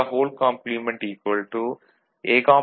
BAB Y A